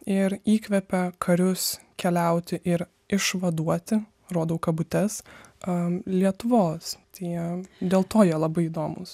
ir įkvepia karius keliauti ir išvaduoti rodau kabutes am lietuvos jam dėl to jie labai įdomūs